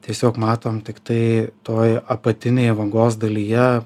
tiesiog matom tiktai toj apatinėj vagos dalyje